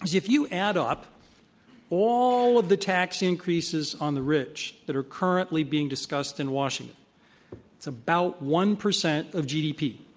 if you add up all the tax increases on the rich that are currently being discussed in washington, it's about one percent of gdp.